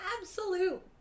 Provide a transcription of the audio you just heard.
absolute